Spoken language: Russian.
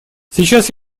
сейчас